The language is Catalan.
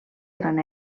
gran